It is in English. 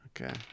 Okay